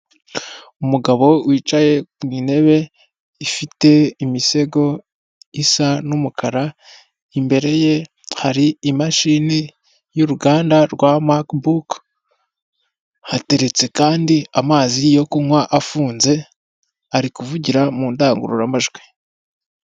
Umugabo wicaye ku ntebe ifite imisego isa n'umukara imbere ye hari imashini y'uruganda rwa Makibuki hateretse kandi amazi yo kunywa afunze, ari kuvugira mu ndangururamajwi.